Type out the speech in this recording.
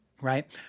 right